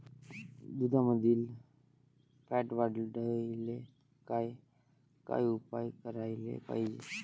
दुधामंदील फॅट वाढवायले काय काय उपाय करायले पाहिजे?